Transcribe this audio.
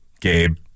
Gabe